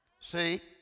see